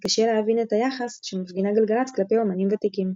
מתקשה להבין את היחס שמפגינה גלגלצ כלפי אמנים ותיקים.